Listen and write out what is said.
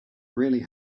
really